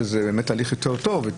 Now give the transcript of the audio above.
שזה הליך יותר טוב,